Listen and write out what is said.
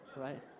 Right